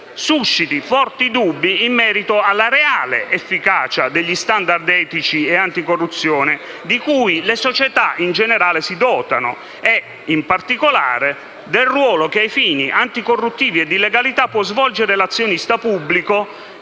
susciti forti dubbi in merito alla reale efficacia degli standard etici e anticorruzione di cui le società in generale si dotano e, in particolare, del ruolo che ai fini anticorruttivi e di illegalità può svolgere l'azionista pubblico